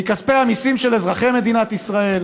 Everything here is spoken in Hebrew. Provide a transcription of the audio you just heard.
מכספי המיסים של אזרחי מדינת ישראל,